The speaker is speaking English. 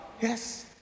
Yes